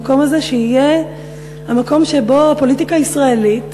המקום הזה שיהיה המקום שבו הפוליטיקה הישראלית